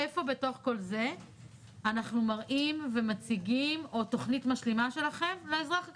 איפה בתוך כל זה אנחנו מראים ומציגים או תוכנית משלימה שלכם לאזרח הקטן?